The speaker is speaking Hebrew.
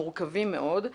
מורכבים מאוד,